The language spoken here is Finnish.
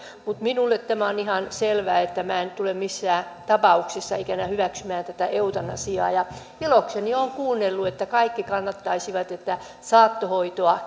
mutta minulle tämä on ihan selvä minä en tule missään tapauksessa ikinä hyväksymään eutanasiaa ilokseni olen kuunnellut että kaikki kannattaisivat että saattohoitoa